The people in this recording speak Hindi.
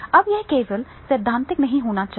अब यह केवल सैद्धांतिक नहीं होना चाहिए